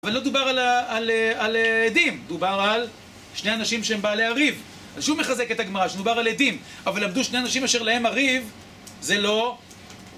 אבל לא דובר על עדים, דובר על שני אנשים שהם בעלי הריב. אז שוב מחזקת הגמרא, שדובר על עדים. אבל עמגו שני אנשים אשר להם הריב, זה לא...